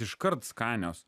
iškart skanios